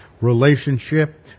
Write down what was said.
relationship